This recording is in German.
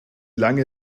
lange